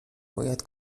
باید